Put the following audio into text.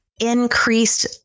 increased